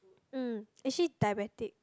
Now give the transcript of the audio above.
mm is she diabetic